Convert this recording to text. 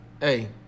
hey